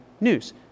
news